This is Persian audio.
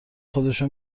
خودشو